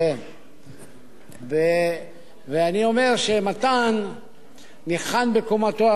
ואני אומר שמתן ניחן בקומתו הרמה.